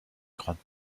grande